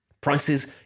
Prices